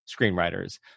screenwriters